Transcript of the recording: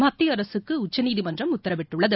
மத்திய அரசுக்கு உச்சநீதிமன்றம் உத்தரவிட்டுள்ளது